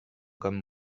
comme